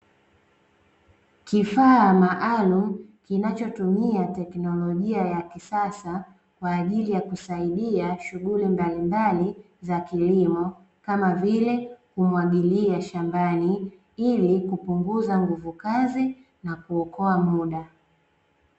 Kifaa maalumu kinachotumia teknolojia ya kisasa kwa ajili ya kusaidia shughuli mbalimbali za kilimo, kama vile kumwagilia shambani, ili kupunguza nguvu kazi na kuokoa muda.